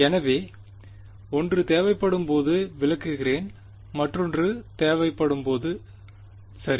எனவே 1 தேவைப்படும்போது விளக்குகிறேன் மற்றொன்று தேவைப்படும்போது சரி